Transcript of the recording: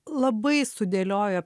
labai sudėliojo